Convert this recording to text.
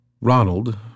Ronald